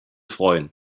freuen